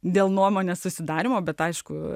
dėl nuomonės susidarymo bet aišku